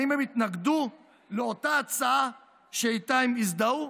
האם הם יתנגדו לאותה הצעה שאיתה הם הזדהו?